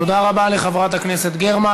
תודה רבה לחברת הכנסת גרמן.